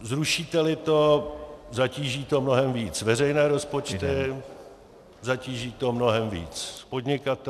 Zrušíteli to, zatíží to mnohem víc veřejné rozpočty, zatíží to mnohem víc podnikatele.